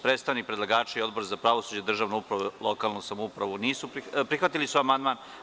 Predstavnik predlagača i Odbor za pravosuđe, državnu upravu i lokalnu samoupravu prihvatili su amandman.